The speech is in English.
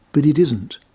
but it isn't.